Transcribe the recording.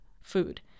food